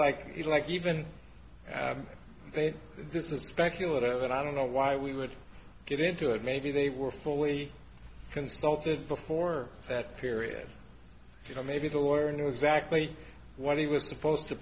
like like even this is speculative and i don't know why we would get into it maybe they were fully consulted before that period you know maybe the lawyer knew exactly what he was supposed to